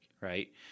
right